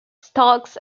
stalks